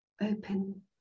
open